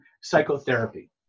psychotherapy